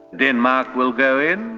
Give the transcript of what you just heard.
denmark will go in,